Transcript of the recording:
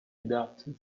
doubted